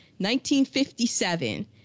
1957